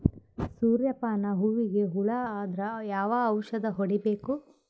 ಸೂರ್ಯ ಪಾನ ಹೂವಿಗೆ ಹುಳ ಆದ್ರ ಯಾವ ಔಷದ ಹೊಡಿಬೇಕು?